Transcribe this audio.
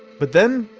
but then,